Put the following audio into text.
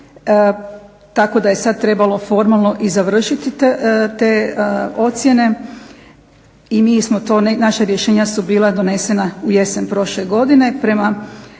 tako da je sad trebalo formalno i završiti te ocjene i mi smo to, naša rješenja su bila donesena je jesen prošle godine prema